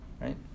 Right